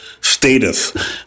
status